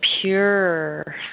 pure